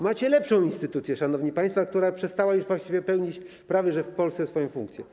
Macie lepszą instytucję, szanowni państwo, która przestała już właściwie pełnić w Polsce swoją funkcję.